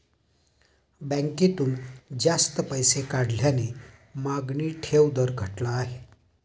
बँकेतून जास्त पैसे काढल्याने मागणी ठेव दर घटला आहे